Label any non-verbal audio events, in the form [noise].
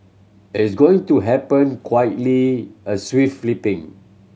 it's going to happen quietly a [unintelligible] flipping